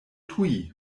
tuj